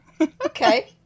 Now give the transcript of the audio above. Okay